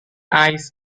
eyes